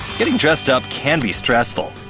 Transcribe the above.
getting dressed up can be stressful.